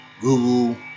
Google